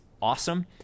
Awesome